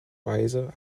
weise